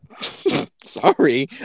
Sorry